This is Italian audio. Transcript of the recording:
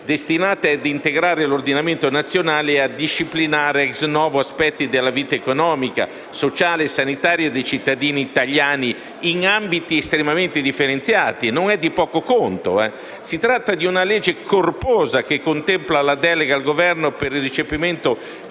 destinate a integrare l'ordinamento nazionale o a disciplinare *ex novo* aspetti della vita economica, sociale e sanitaria dei cittadini italiani in ambiti estremamente differenziati, e non è di poco conto. Si tratta di una legge corposa, che contempla la delega al Governo per il recepimento